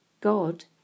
God